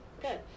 good